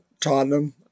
Tottenham